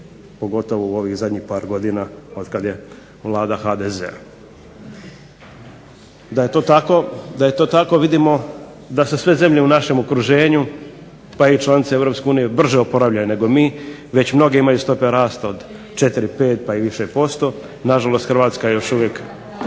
pogotovo u ovih zadnjih par godina od kad je Vlada HDZ-a. Da je to tako vidimo da se sve zemlje u našem okruženju pa i članice Europske unije brže oporavljaju nego mi. Već mnoge imaju stope rasta od četiri, pet, pa i više posto. Na žalost, Hrvatska još uvijek,